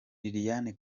liliane